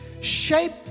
shape